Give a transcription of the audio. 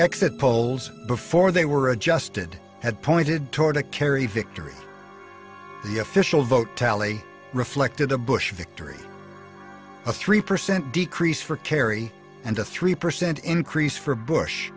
exit polls before they were adjusted had pointed toward a kerry victory the official vote tally reflected a bush victory a three percent decrease for kerry and a three percent increase for bush